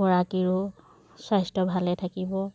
গৰাকীৰো স্বাস্থ্য ভালে থাকিব